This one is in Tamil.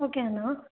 ஓகே அண்ணா